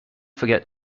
forget